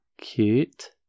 Cute